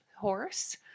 horse